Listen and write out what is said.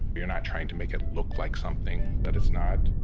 you're not trying to make it look like something that it's not.